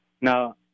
Now